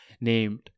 named